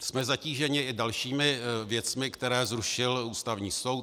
Jsme zatíženi i dalšími věcmi, které zrušil Ústavní soud.